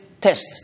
test